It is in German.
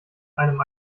einem